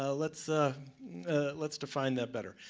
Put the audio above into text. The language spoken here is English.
ah let's ah let's define that better.